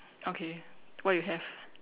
okay what you have